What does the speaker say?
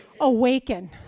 awaken